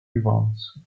evans